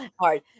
hard